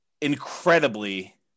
incredibly